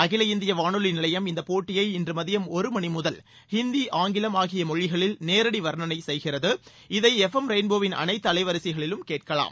அகில இந்திய வானொலி நிலையம் இந்த போட்டியை இன்று மதியம் ஒரு மணி முதல் ஹிந்தி ஆங்கிலம் ஆகிய மொழிகளில் நேரடி வர்ணனை செய்கிறது இது எஃப் எம் ரெயின்போவின் அனைத்து அலைவரிசைகளிலும் கேட்கலாம்